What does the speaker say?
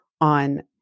on